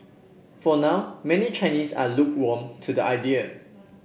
for now many Chinese are lukewarm to the idea